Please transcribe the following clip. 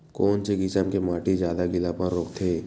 कोन से किसम के माटी ज्यादा गीलापन रोकथे?